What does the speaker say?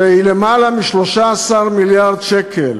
שהיא יותר מ-13 מיליארד שקל,